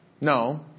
No